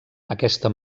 aquesta